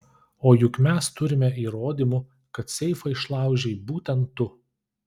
o juk mes turime įrodymų kad seifą išlaužei būtent tu